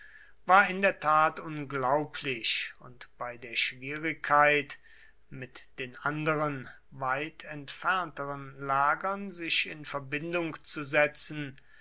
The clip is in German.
war in der tat unglaublich und bei der schwierigkeit mit den anderen weit entfernten lagern sich in verbindung zu setzen